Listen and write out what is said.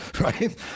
right